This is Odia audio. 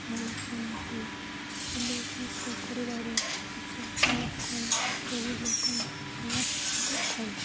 ଭଲ ପାଆନ୍ତି ହେଲେ ନୃତ୍ୟ କରିବାର ଇଚ୍ଛା ସମସ୍ତ ସବୁ ଲୋକଙ୍କୁ ସମସ୍ତଙ୍କ ଥାଏ